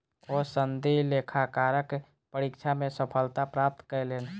ओ सनदी लेखाकारक परीक्षा मे सफलता प्राप्त कयलैन